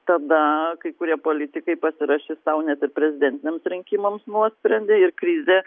tada kai kurie politikai pasirašys sau ne tik prezidentiniams rinkimams nuosprendį ir krizė